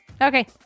okay